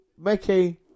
Mickey